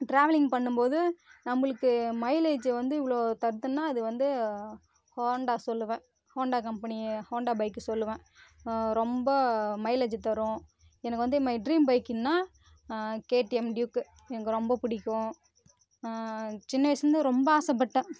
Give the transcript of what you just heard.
travelling பண்ணும் போது நம்மளுக்கு மைலேஜ் வந்து இவ்வளோ தருதுன்னா அது வந்து ஹோண்டா சொல்லுவேன் ஹோண்டா கம்பெனி ஹோண்டா பைக்கு சொல்லுவேன் ரொம்ப மைலேஜ் தரும் எனக்கு வந்து மை டிரீம் பைக்குன்னா கேடிஎம் டுயூக்கு எனக்கு ரொம்ப பிடிக்கும் சின்ன வயசுலேருந்து ரொம்ப ஆசைப்பட்டேன்